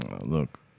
look